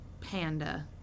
Panda